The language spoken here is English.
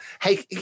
hey